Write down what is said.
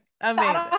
Amazing